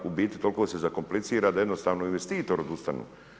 U biti toliko se zakomplicira da jednostavno investitori odustanu.